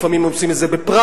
לפעמים הם עושים את זה בפראג,